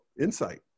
insight